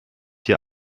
hier